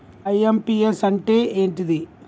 IMPS అంటే ఏంటిది?